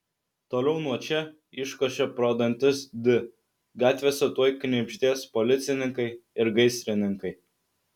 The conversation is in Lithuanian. toliau nuo čia iškošė pro dantis di gatvėse tuoj knibždės policininkai ir gaisrininkai